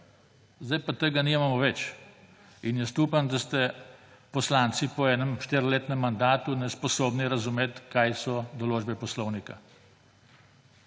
Zdaj pa tega nimamo več. In jaz upam, da ste poslanci po enem štiriletnem mandatu sposobni razumeti, kaj so določbe poslovnika.